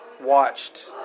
watched